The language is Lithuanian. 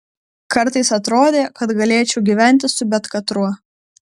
kartais atrodė kad galėčiau gyventi su bet katruo